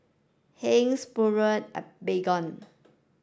Heinz Pureen and Baygon